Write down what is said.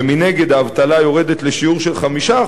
ומנגד האבטלה יורדת לשיעור של 5%,